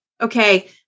Okay